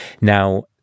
Now